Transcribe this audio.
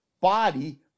body